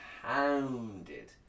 hounded